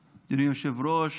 היושב-ראש,